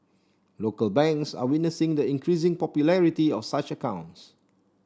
local banks are witnessing the increasing popularity of such accounts